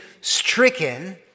stricken